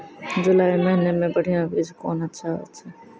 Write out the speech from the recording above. जुलाई महीने मे बढ़िया बीज कौन अच्छा होय छै?